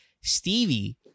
Stevie